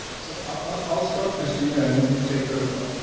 so i'll start, cristina, and then you take over.